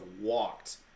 walked